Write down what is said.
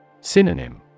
Synonym